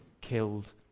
killed